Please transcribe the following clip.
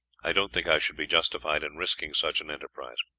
i don't think i should be justified in risking such an enterprise.